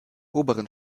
oberen